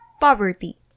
Poverty